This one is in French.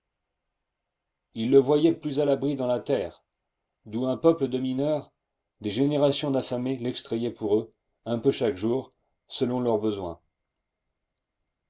ils le voyaient plus à l'abri dans la terre d'où un peuple de mineurs des générations d'affamés l'extrayaient pour eux un peu chaque jour selon leurs besoins